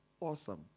Awesome